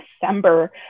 December